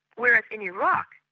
whereas in iraq,